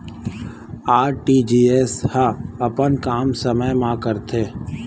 RTGS ह अपन काम समय मा करथे?